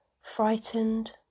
frightened